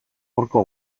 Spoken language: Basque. horko